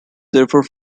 therefore